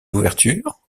ouvertures